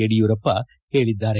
ಯಡಿಯೂರಪ್ಪ ಹೇಳಿದ್ದಾರೆ